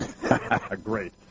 Great